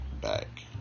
back